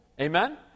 Amen